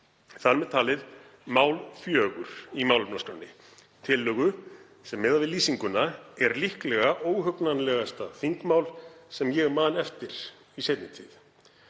þar með talið mál fjögur í málefnaskránni, tillögu sem miðað við lýsinguna er líklega óhugnanlegasta þingmál sem ég man eftir í seinni tíð.